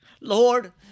Lord